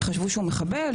חשבו שהוא מחבל,